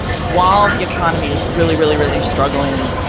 while the economy is really, really, really struggling,